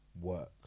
work